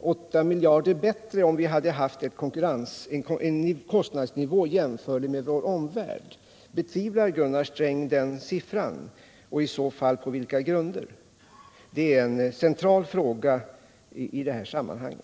8 miljarder bättre om vi hade haft en kostnadsnivå som var jämförlig med den i vår omvärld. Betvivlar Gunnar Sträng den siffran och i så fall på vilka grunder? Det är en central fråga i detta sammanhang.